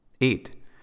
Eight